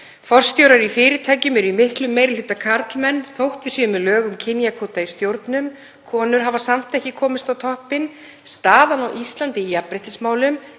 Forstjórar í fyrirtækjum eru í miklum meiri hluta karlmenn þótt við séum með lög um kynjakvóta í stjórnum. Konur hafa samt ekki komist á toppinn. Staðan á Íslandi í jafnréttismálum